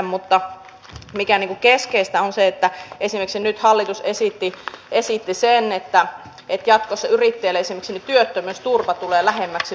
mutta se mikä on keskeistä on se että esimerkiksi nyt hallitus esitti että jatkossa esimerkiksi yrittäjien työttömyysturva tulee lähemmäksi palkansaajien työttömyysturvaa